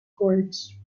gorge